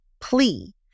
plea